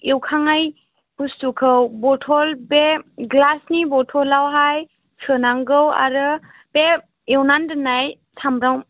एवखांनाय बुस्तुखौ बथल बे ग्लासनि बथलावहाय सोनांगौ आरो बे एवनानै दोननाय सामब्राम